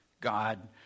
God